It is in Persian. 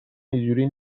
اینجوری